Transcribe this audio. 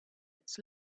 its